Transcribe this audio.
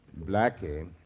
Blackie